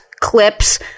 clips